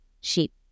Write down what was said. sheep